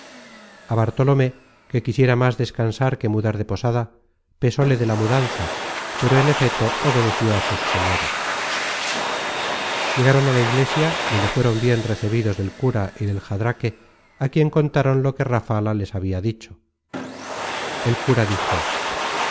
á bartolomé que quisiera más descansar que mudar de posada pesóle de la mudanza pero en efeto obedeció á sus señores llegaron á la iglesia donde fueron bien recebidos del cura y del jadraque á quien contaron lo que rafala les habia dicho el cura dijo